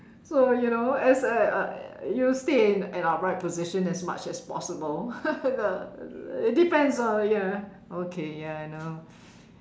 so you know as I you stay in an upright position as much as possible the it depends uh ya okay ya I know